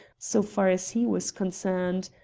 so far as he was concerned.